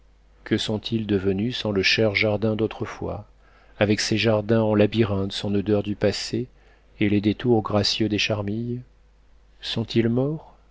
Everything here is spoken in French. que sont-ils devenus sans le cher jardin d'autrefois avec ses chemins en labyrinthe son odeur du passé et les détours gracieux des charmilles sont-ils morts